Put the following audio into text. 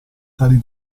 tali